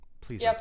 Please